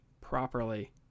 properly